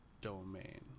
domain